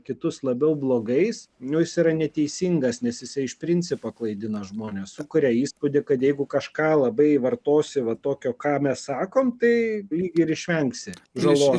kitus labiau blogais nu jis yra neteisingas nes jisai iš principo klaidina žmones sukuria įspūdį kad jeigu kažką labai vartosi va tokio ką mes sakom tai lyg ir išvengsi žalos